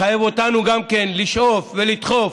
מחייב אותנו גם כן לשאוף ולדחוף